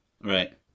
right